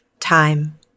time